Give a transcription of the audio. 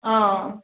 ꯑꯥ